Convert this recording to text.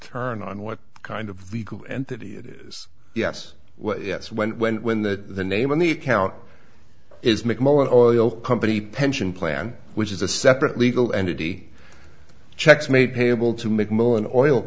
turn on what kind of legal entity it is yes yes when when when the name of the account is mcmullan oil company pension plan which is a separate legal entity checks made payable to make mo an oil